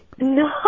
No